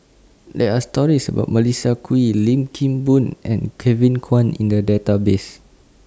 There Are stories about Melissa Kwee Lim Kim Boon and Kevin Kwan in The Database